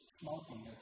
smoking